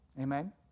Amen